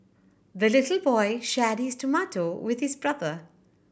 the little boy shared his tomato with his brother